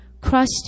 crushed